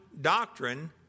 doctrine